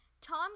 Tom